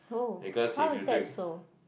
oh how is that so